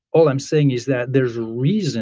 all i'm saying is that there's a reason